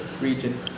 region